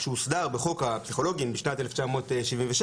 שהוסדר בחוק הפסיכולוגים משנת 1977,